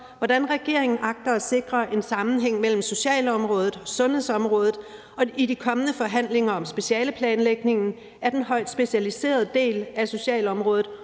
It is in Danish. hvordan regeringen agter at sikre en sammenhæng mellem socialområdet og sundhedsområdet i de kommende forhandlinger om specialeplanlægningen af den højt specialiserede del af socialområdet